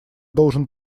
должен